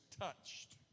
touched